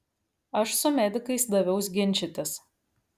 aš su medikais daviaus ginčytis